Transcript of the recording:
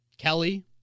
Kelly